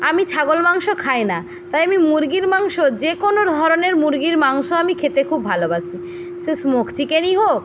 আমি ছাগল মাংস খাই না তাই আমি মুরগির মাংস যে কোনো ধরনের মুরগির মাংস আমি খেতে খুব ভালোবাসি সে স্মোক চিকেনই হোক